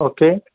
okay